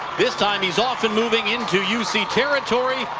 this time. he's often moving into you see territory.